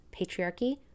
patriarchy